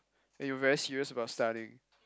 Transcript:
and you were very serious about studying